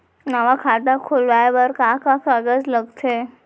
नवा खाता खुलवाए बर का का कागज लगथे?